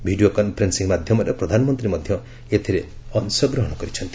video conferencing ମାଧ୍ୟମରେ ପ୍ରଧାନମନ୍ତ୍ରୀ ମଧ୍ୟ ଏଥିରେ ଅଂଶଗ୍ରହଣ କରିଛନ୍ତି